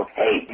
hey